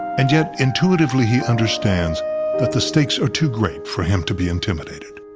and yet, intuitively he understands that the stakes are too great for him to be intimidated.